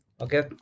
Okay